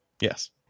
Yes